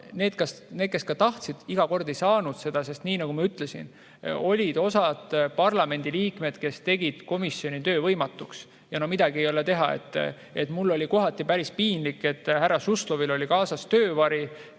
need, kes tahtsid, iga kord ei saanud sõna võtta, sest nagu ma ütlesin, osa parlamendiliikmeid tegi komisjoni töö võimatuks. Ja no midagi ei ole teha, mul oli kohati päris piinlik. Härra Suslovil oli kaasas töövari,